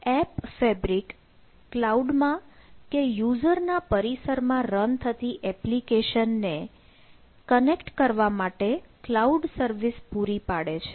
app fabric cloud માં કે યુઝરના પરિસરમાં રન થતી એપ્લિકેશન ને કનેક્ટ કરવા માટે ક્લાઉડ સર્વિસ પૂરી પાડે છે